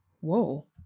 Whoa